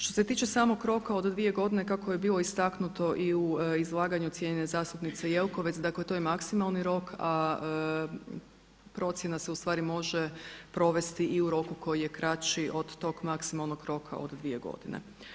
Što se tiče samog roka od dvije godine kako je bilo istaknuto i u izlaganju cijenjene zastupnice Jelkovac, dakle to je maksimalni rok, a procjena se u stvari može provesti i u roku koji je kraći od tog maksimalnog roka od dvije godine.